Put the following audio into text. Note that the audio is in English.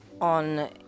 on